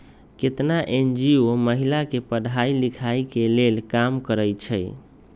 केतना एन.जी.ओ महिला के पढ़ाई लिखाई के लेल काम करअई छई